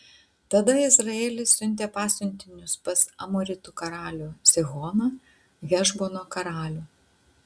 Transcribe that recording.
tada izraelis siuntė pasiuntinius pas amoritų karalių sihoną hešbono karalių